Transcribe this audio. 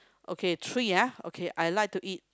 okay three ah okay I like to eat